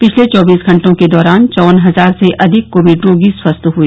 पिछले चौबीस घंटों के दौरान चौवन हजार से अधिक कोविड रोगी स्वस्थ हए